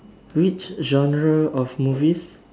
which genre of movies